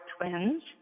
twins